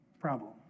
problem